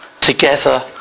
together